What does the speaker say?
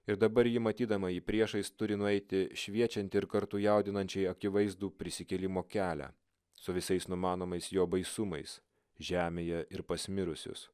ir dabar ji matydama jį priešais turi nueiti šviečiantį ir kartu jaudinančiai akivaizdų prisikėlimo kelią su visais numanomais jo baisumais žemėje ir pasimirusius